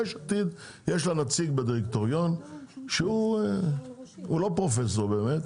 יש עתיד יש לה נציג בדירקטוריון שהוא לא פרופסור באמת,